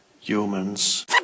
humans